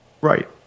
right